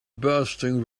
bursting